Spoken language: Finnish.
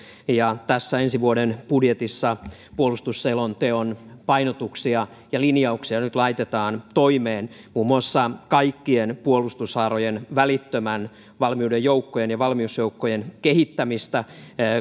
ja tässä ensi vuoden budjetissa puolustusselonteon painotuksia ja linjauksia nyt laitetaan toimeen muun muassa kaikkien puolustushaarojen välittömän valmiuden joukkojen ja valmiusjoukkojen kehittäminen